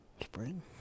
spring